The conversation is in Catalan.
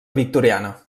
victoriana